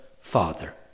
Father